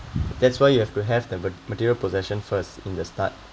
that's why you have to have the material possession first in the start